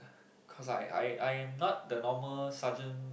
cause I I I am not the normal sergeant